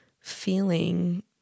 feeling